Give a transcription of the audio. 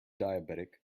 diabetic